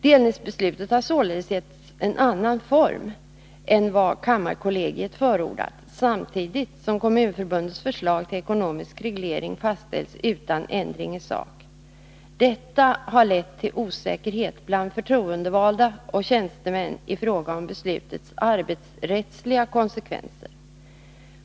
Delningsbeslutet har således getts en annan form än vad kammarkollegiet förordat samtidigt som Kommunförbundets förslag till ekonomisk reglering fastställts utan ändring i sak. Detta har lett till osäkerhet bland förtroendevalda och tjänstemän i fråga om beslutets arbetsrättsliga konsekvenser.